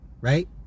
Right